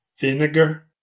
vinegar